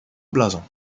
blasons